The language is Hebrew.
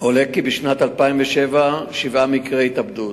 עולה כי בשנת 2007 היו שבעה מקרי התאבדות,